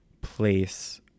Place